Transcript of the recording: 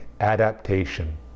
adaptation